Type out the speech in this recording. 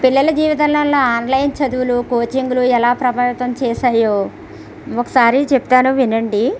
పిల్లల జీవితంలో ఆన్లైన్ చదువులు కోచింగ్లు ఎలా ప్రభావితం చేసాయో ఒకసారి చెబుతాను వినండి